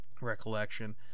recollection